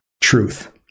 truth